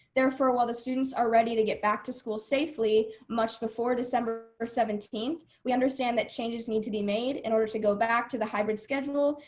therefore while the students are ready to get back to school safely much before december seventeenth, we understand that changes need to be made in order to go back to the hybrid schedule.